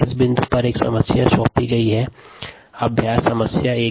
D2303kd इस बिंदु पर एक समस्या सौंपी गई थी अभ्यास समस्या 11